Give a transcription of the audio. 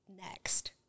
Next